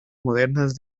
modernas